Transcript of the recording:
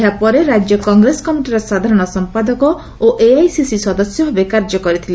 ଏହା ପରେ ରାଜ୍ୟ କଂଗ୍ରେସ କମିଟିର ସାଧାରଶ ସଂପାଦକ ଓ ଏଆଇସିସି ସଦସ୍ୟ ଭାବେ କାର୍ଯ୍ୟ କରିଥିଲେ